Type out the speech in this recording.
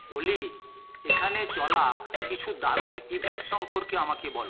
অলি এখানে চলা কিছু দারুণ ইভেন্ট সম্পর্কে আমাকে বলো